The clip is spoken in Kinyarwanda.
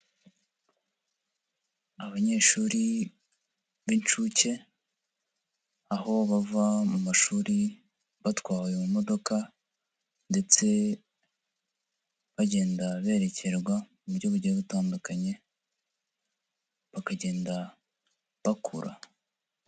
Abanyeshuri b'inshuke, aho bava mu mashuri batwawe mu modoka ndetse bagenda berekerwa mu buryo bugiye butandukanye, bakagenda bakura.